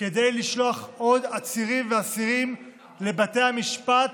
כדי לשלוח עוד עצירים ואסירים לבתי המשפט